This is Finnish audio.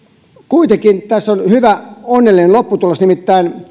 kuitenkin tässä on hyvä onnellinen lopputulos nimittäin